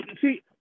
see